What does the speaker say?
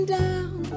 down